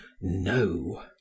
no